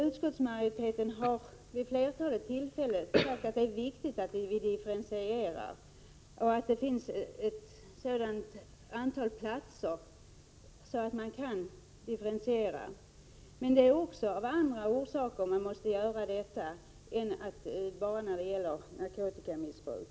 Utskottsmajoriteten har vid ett flertal tillfällen sagt att det är viktigt att vi differentierar och att det finns ett sådant antal platser att man kan differentiera. Men det måste man göra också av andra skäl än narkotikamissbruk.